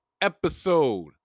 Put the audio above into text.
Episode